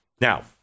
Now